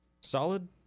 Solid